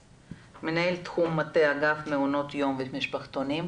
מנהל תחום מטה אגף מעונות יום ומשפחתונים,